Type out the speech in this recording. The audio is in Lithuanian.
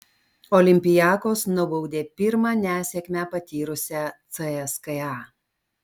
olympiakos nubaudė pirmą nesėkmę patyrusią cska